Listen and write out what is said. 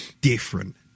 different